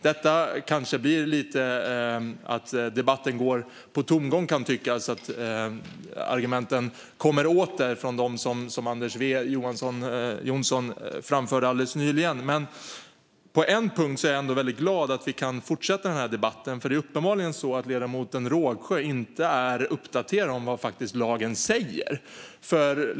Det kanske kan tyckas som om debatten går lite på tomgång och att Anders W Jonssons argument kommer åter. På en punkt är jag ändå väldigt glad att vi kan fortsätta den här debatten, för det är uppenbarligen så att ledamoten Rågsjö inte är uppdaterad om vad lagen faktiskt säger.